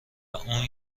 اون